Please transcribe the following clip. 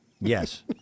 yes